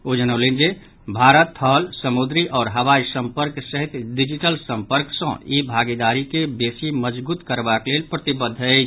ओ जनौलनि जे भारत थल समुद्री आओर हवाई सम्पर्क सहित डिजिटल सम्पर्क सॅ ई भागीदारी केँ बेसी मजगूत करबाक लेल प्रतिबद्व अछि